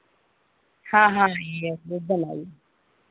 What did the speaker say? हाँ हाँ आईए आई